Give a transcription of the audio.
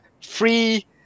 free